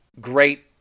great